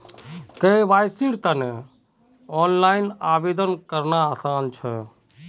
केवाईसीर तने ऑनलाइन आवेदन करना आसान छ